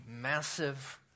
massive